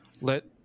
Let